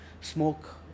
smoke